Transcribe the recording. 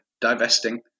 divesting